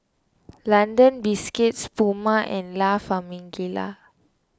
London Biscuits Puma and La Famiglia